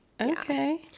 Okay